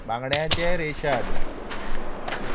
बांगड्याचे रेशाद